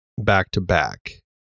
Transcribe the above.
back-to-back